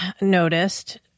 noticed